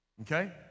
Okay